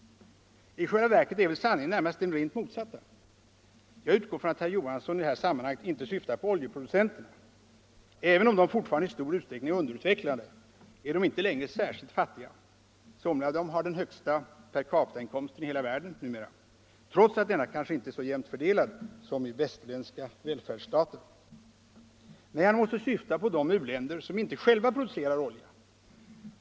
I själva verket är väl sanningen närmast den rakt motsatta. Jag utgår från att herr Johansson i det här sammanhanget inte syftar på oljeproducenterna. Även om de fortfarande i stor utsträckning är underutvecklade är de inte längre särskilt fattiga. Somliga av dem har numera den största per capita-inkomsten i hela världen, trots att denna kanske inte är så jämnt fördelad som i västerländska välfärdsstater. Nej, han måste syfta på de u-länder som inte själva producerar olja.